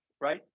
right